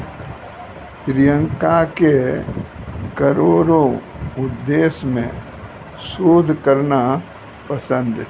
प्रियंका के करो रो उद्देश्य मे शोध करना पसंद छै